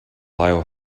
lyell